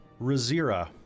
Razira